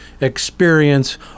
experience